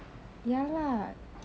ya lah